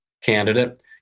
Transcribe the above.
candidate